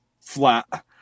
flat